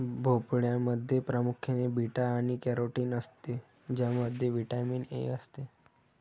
भोपळ्यामध्ये प्रामुख्याने बीटा आणि कॅरोटीन असते ज्यामध्ये व्हिटॅमिन ए असते